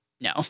No